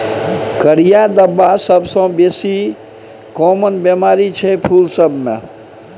करिया धब्बा सबसँ बेसी काँमन बेमारी छै फुल सब मे